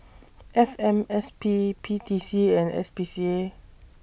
F M S P P T C and S P C A